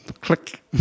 Click